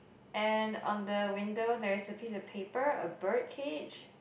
and on the window there is a piece of paper a bird cage